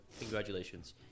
congratulations